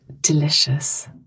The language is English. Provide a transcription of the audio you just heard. delicious